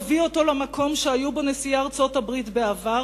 תביא אותו למקום שהיו בו נשיאי ארצות-הברית בעבר,